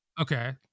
Okay